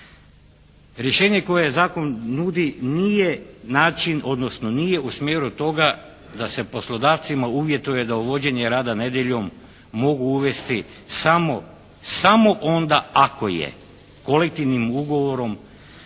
Rješenje koje zakon nudi nije način, odnosno nije u smjeru toga da se poslodavcima uvjetuje da uvođenje rada nedjeljom mogu uvesti samo onda ako je kolektivnim ugovorom